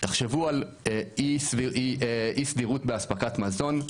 תחשבו על אי סדירות באספקת מזון,